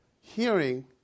hearing